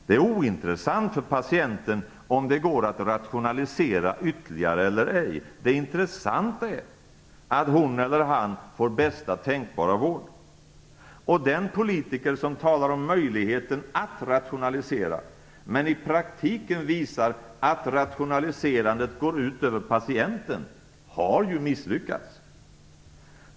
Det är ointressant för patienten om det går att rationalisera ytterligare eller ej. Det intressanta är att hon eller han får bästa tänkbara vård. Den politiker som talar om möjligheten att rationalisera men i praktiken visar att rationaliserandet går ut över patienten har ju misslyckats.